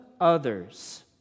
others